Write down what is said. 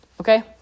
okay